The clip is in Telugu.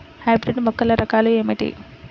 హైబ్రిడ్ మొక్కల రకాలు ఏమిటి?